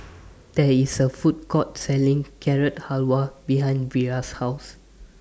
There IS A Food Court Selling Carrot Halwa behind Vira's House